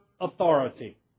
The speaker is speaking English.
authority